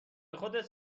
خودت